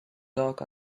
dark